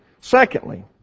Secondly